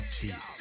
Jesus